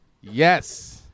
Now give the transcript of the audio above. Yes